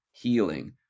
healing